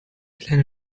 kleine